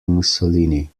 mussolini